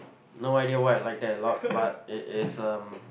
no idea why I like that a lot but it is um